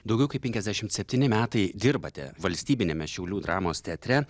daugiau kaip penkiasdešimt septyni metai dirbate valstybiniame šiaulių dramos teatre